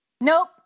Nope